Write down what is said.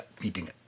meeting